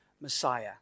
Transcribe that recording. Messiah